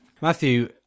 matthew